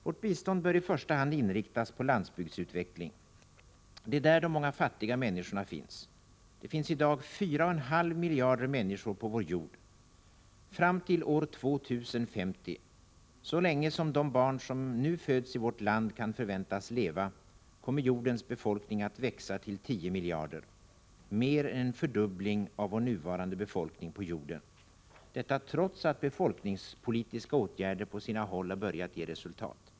Vårt bistånd bör i första hand inriktas på landsbygdsutveckling. Det är där de många fattiga människorna finns. Det finns i dag 4,5 miljarder människor på vår jord. Fram till år 2050, så länge som de barn som nu föds i vårt land kan förväntas leva, kommer jordens befolkning att växa till 10 miljarder — mer än en fördubbling av vår nuvarande befolkning på jorden. Och detta trots att befolkningspolitiska åtgärder på sina håll har börjat ge resultat.